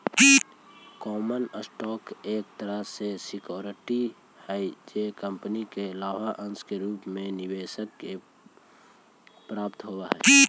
common stock एक तरह के सिक्योरिटी हई जे कंपनी के लाभांश के रूप में निवेशक के प्राप्त होवऽ हइ